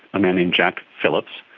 a man named jack phillips,